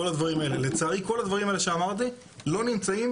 לצערי כל הדברים האלה שאמרתי לא נמצאים